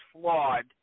flawed